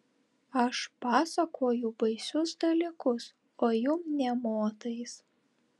aš pasakoju baisius dalykus o jum nė motais